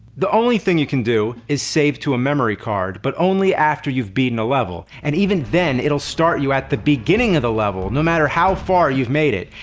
the only thing you can do is save to a memory card. but only after you've beaten a level and even then, it'll start you at the beginning of the level, no matter how far you've made it.